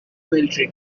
military